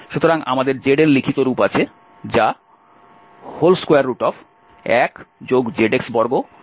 সুতরাং আমাদের z এর লিখিত রূপ আছে যা 1zx2zy2